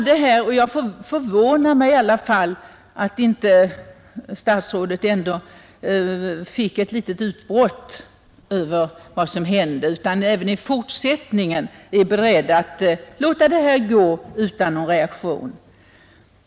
Det förvånar mig verkligen att statsrådet inte fick ett litet utbrott på grund av vad som där hände utan även i fortsättningen är beredd att låta detta passera utan någon reaktion.